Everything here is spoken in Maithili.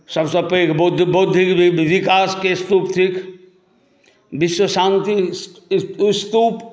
सभसँ पैघ बौद्ध विकासके स्तूप थिक विश्व शान्ति स्तूप